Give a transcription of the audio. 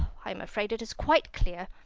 i am afraid it is quite clear,